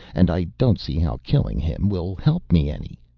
and i don't see how killing him will help me any.